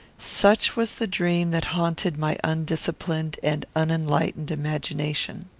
such was the dream that haunted my undisciplined and unenlightened imagination.